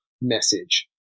message